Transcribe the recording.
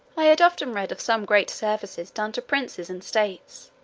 i had often read of some great services done to princes and states,